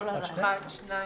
על שניהם.